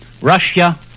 Russia